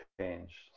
change